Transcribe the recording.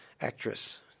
actress